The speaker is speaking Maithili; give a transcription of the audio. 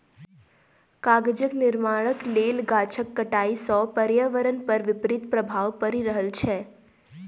कागजक निर्माणक लेल गाछक कटाइ सॅ पर्यावरण पर विपरीत प्रभाव पड़ि रहल छै